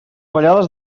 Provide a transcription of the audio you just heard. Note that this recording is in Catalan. ballades